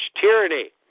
tyranny